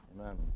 Amen